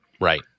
right